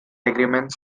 agreements